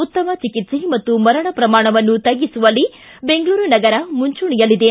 ಉತ್ತಮ ಚಿಕಿತ್ಸೆ ಮತ್ತು ಮರಣ ಪ್ರಮಾಣವನ್ನು ತಗ್ಗಿಸುವಲ್ಲಿ ಬೆಂಗಳೂರು ನಗರ ಮುಂಚೂಣಿಯಲ್ಲಿದೆ